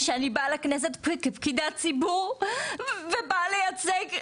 אני באה לכנסת כפקידת ציבור ובאה לייצג,